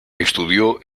estudió